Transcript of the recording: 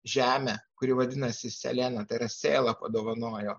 žemę kuri vadinasi seleną tai yra sėlą padovanojo